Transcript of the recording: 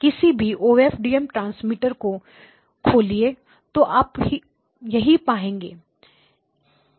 किसी भी OFDM transmitter को खोलिए तो आप यही पाएंगे